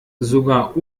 sogar